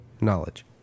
knowledge